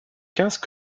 quinze